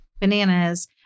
bananas